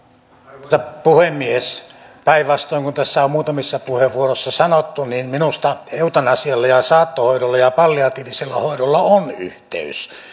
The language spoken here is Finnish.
arvoisa puhemies päinvastoin kuin tässä on muutamissa puheenvuoroissa sanottu minusta eutanasialla ja saattohoidolla ja palliatiivisella hoidolla on yhteys